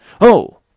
Oh